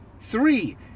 Three